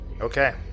Okay